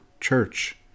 church